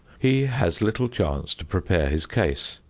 he has little chance to prepare his case.